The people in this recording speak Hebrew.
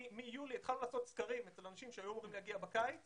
מאז יולי התחלנו לעשות סקרים אצל אנשים שהיו אמורים להגיע בקיץ